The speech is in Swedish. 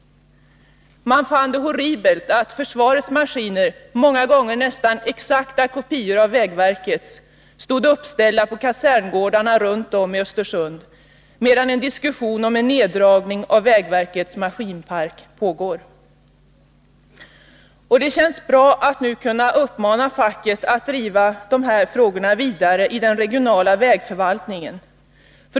Man fann det horribelt att försvarets maskiner, många gånger nästan exakta kopior av vägverkets, står uppställda på kaserngårdarna runtom i Östersund medan diskussionen om en neddragning av vägverkets maskinpark pågår. Det känns bra att nu kunna uppmana facket att driva frågan vidare i den regionala vägverksförvaltningen.